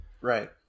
right